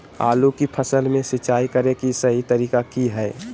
आलू की फसल में सिंचाई करें कि सही तरीका की हय?